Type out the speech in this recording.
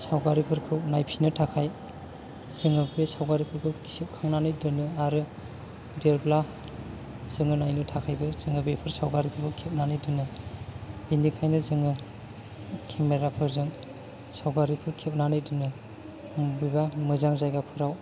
सावगारिफोरखौ नायफिननो थाखाय जोङो बे सावगारिफोरखौ सेबखांनानै दोनो आरो देरब्ला जोङो नायनो थाखायबो जोङो बेफोर सावगारिफोरखौ खेबनानै दोनो बेनिखायनो जोङो खेमेरा फोरजों सावगारिफोर खेबनानै दोनो बबेबा मोजां जायगाफोराव